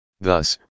Thus